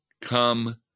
come